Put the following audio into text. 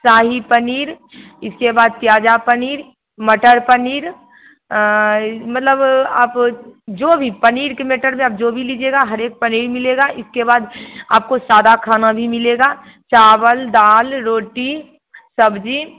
शाही पनीर इसके बाद प्याज़ा पनीर मटर पनीर मतलब आप जो भी पनीर के मेटर में आप जो भी लीजिएगा हर एक पनीर मिलेगा इसके बाद आपको सादा खाना भी मिलेगा चावल दाल रोटी सब्ज़ी